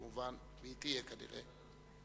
והיא תהיה כנראה.